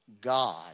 God